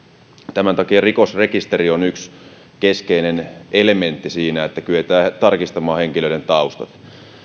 tämän takia rikosrekisteri on yksi keskeinen elementti siinä että kyetään tarkistamaan henkilöiden taustat